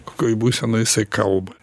kokioj būsenoj jisai kalba